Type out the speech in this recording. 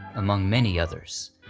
among many others.